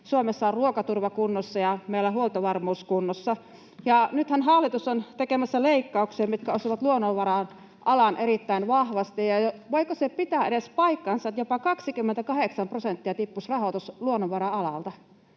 Suomessa on ruokaturva kunnossa ja meillä on huoltovarmuus kunnossa. Ja nythän hallitus on tekemässä leikkauksia, mitkä osuvat luonnonvara-alaan erittäin vahvasti. Voiko se pitää edes paikkaansa, että jopa 28 prosenttia tippuisi rahoitus luonnonvara-alalta?